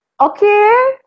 Okay